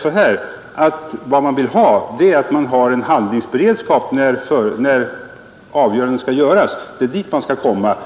säga att vad man verkligen vill ha är handlingsberedskap när avgörandena skall träffas. Det är dit vi skall komma.